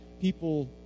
people